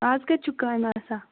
آز کَتہِ چھُکھ کامہِ آسان